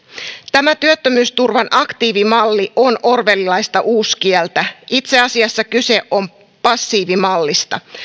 tämä työttömyysturvan aktiivimalli on orwellilaista uuskieltä itse asiassa kyse on passiivimallista